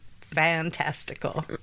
fantastical